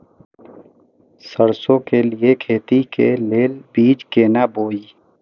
सरसों के लिए खेती के लेल बीज केना बोई?